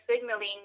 signaling